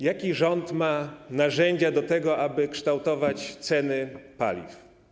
Jakie rząd ma narzędzia do tego, aby kształtować ceny paliw?